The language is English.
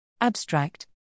Abstract